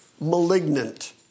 malignant